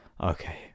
okay